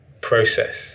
process